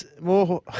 more